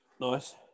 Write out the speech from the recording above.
Nice